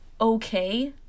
okay